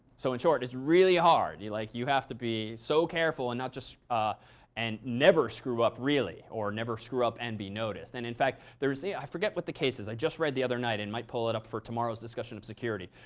so in short, it's really hard. you like you have to be so careful. and not just ah and never screw up really. or never screw up and be noticed. and in fact, there's i i forget what the case is. i just read the other night and might pull it up for tomorrow's discussion of security.